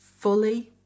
fully